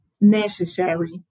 necessary